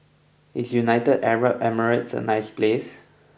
is United Arab Emirates a nice place